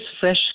fresh